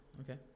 Okay